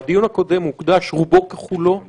הדיון הקודם הוקדש רובו ככולו להערות,